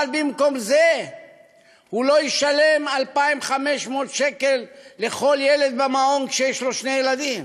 אבל במקום זה הוא לא ישלם 2,500 שקל לכל ילד במעון כשיש לו שני ילדים,